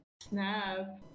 Snap